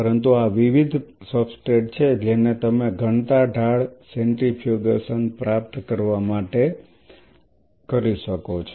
પરંતુ આ વિવિધ સબસ્ટ્રેટ છે જેને તમે ઘનતા ઢાળ સેન્ટ્રીફ્યુગેશન પ્રાપ્ત કરવા માટે કોલ કરી શકો છો